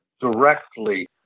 directly